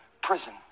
prison